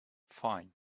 fine